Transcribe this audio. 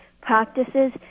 practices